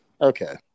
okay